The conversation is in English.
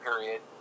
period